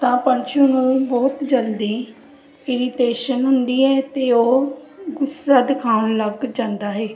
ਤਾਂ ਪੰਛੀ ਨੂੰ ਬਹੁਤ ਜਲਦੀ ਇਰੀਟੇਸ਼ਨ ਹੁੰਦੀ ਹੈ ਅਤੇ ਉਹ ਗੁੱਸਾ ਦਿਖਾਉਣ ਲੱਗ ਜਾਂਦਾ ਹੈ